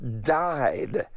died